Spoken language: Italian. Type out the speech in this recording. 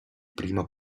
prima